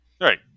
Right